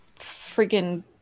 freaking